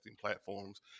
platforms